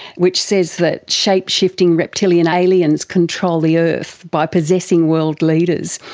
which says that shape-shifting reptilian aliens control the earth by possessing world leaders.